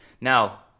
Now